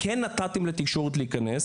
כן נתתם לתקשורת להיכנס.